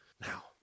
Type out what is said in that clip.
Now